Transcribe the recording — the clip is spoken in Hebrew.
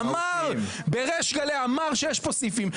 אמר בריש גלי שיש פה סעיפים,